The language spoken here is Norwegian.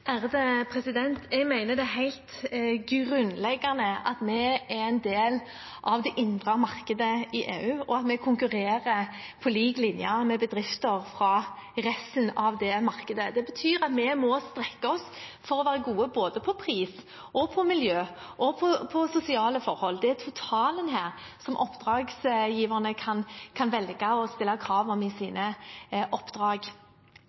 Jeg mener det er helt grunnleggende at vi er en del av det indre markedet i EU, og at vi konkurrerer på lik linje med bedrifter i resten av det markedet. Det betyr at vi må strekke oss for å være gode både på pris, på miljø og på sosiale forhold. Det er totalen her som oppdragsgiverne kan velge å stille krav om i sine oppdrag.